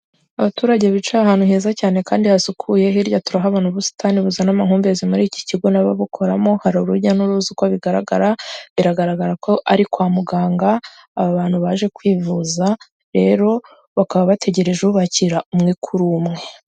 Abaturage bicaye ahantu heza cyane kandi hasukuye, hirya turahabona ubusitani buzana amahumbezi muri iki kigo n'ababukoramo, hari urujya n'uruza uko bigaragara biragaragara ko ari kwa muganga, aba bantu baje kwivuza rero bakaba bategereje ubakira umwekuru umwe.